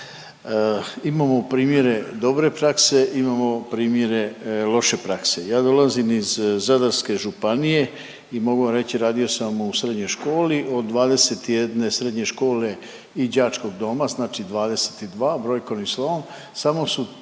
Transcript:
Imamo primjere dobre prakse, imamo primjere loše prakse. Ja dolazim iz Zadarske županije i mogu vam reći radio sam u srednjoj školi, od 21 srednje škole i đačkog doma znači 22 brojkom i slovom samo su